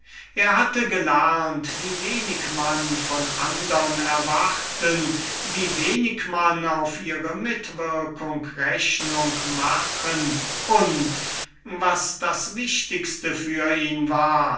er hatte gelernt wie wenig man von andern erwarten kann wie wenig man auf sie rechnung machen und was das wichtigste für ihn war